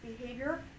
behavior